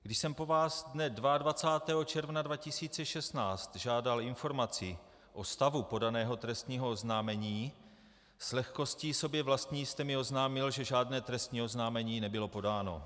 Když jsem po vás dne 22. června 2016 žádal informaci o stavu podaného trestního oznámení, s lehkostí sobě vlastní jste mi oznámil, že žádné trestní oznámení nebylo podáno.